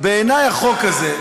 למה אתה אומר את זה?